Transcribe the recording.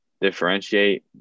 differentiate